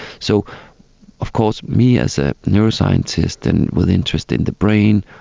so of course me as a neuroscientist and with interest in the brain,